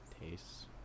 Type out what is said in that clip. tastes